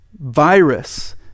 Virus